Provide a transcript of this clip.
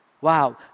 Wow